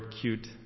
cute